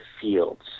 fields